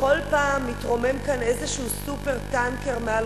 בכל פעם מתרומם כאן איזשהו "סופר-טנקר" מעל